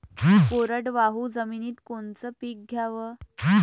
कोरडवाहू जमिनीत कोनचं पीक घ्याव?